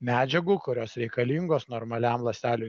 medžiagų kurios reikalingos normaliam ląstelių